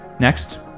next